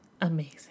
amazing